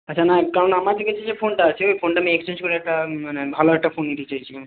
আচ্ছা না কারণ আমাদের কাছে যে ফোনটা আছে ওই ফোনটা আমি এক্সচেঞ্জ করে একটা মানে ভালো একটা ফোন নিতে চাইছিলাম